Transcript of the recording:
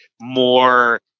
more